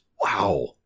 wow